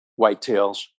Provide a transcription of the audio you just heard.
whitetails